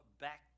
back